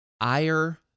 ire